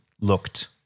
looked